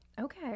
okay